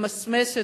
למסמס אותו,